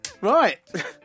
Right